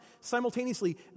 simultaneously